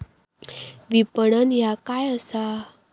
विपणन ह्या काय असा?